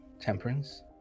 Temperance